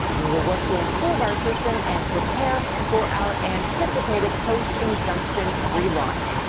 we will work to improve our system and prepare for our anticipated post-injunction relaunch.